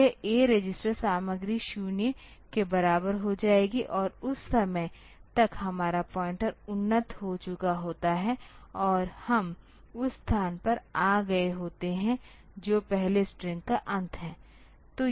यह A register सामग्री 0 के बराबर हो जाएगी और उस समय तक हमारा पॉइंटर उन्नत हो चुका होता है और हम उस स्थान पर आ गए होते हैं जो पहले स्ट्रिंग का अंत है